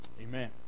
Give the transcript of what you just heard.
Amen